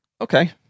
Okay